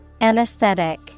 Anesthetic